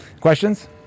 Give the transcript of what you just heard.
Questions